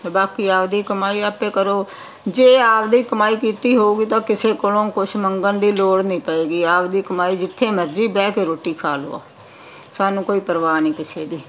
ਅਤੇ ਬਾਕੀ ਆਪਦੀ ਕਮਾਈ ਆਪੇ ਕਰੋ ਜੇ ਆਪਦੀ ਕਮਾਈ ਕੀਤੀ ਹੋਵੇਗੀ ਤਾਂ ਕਿਸੇ ਕੋਲੋਂ ਕੁਛ ਮੰਗਣ ਦੀ ਲੋੜ ਨਹੀਂ ਪਏਗੀ ਆਪਦੀ ਕਮਾਈ ਜਿੱਥੇ ਮਰਜ਼ੀ ਬਹਿ ਕੇ ਰੋਟੀ ਖਾ ਲਵੋ ਸਾਨੂੰ ਕੋਈ ਪਰਵਾਹ ਨਹੀਂ ਕਿਸੇ ਦੀ